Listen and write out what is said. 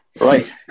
right